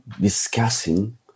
discussing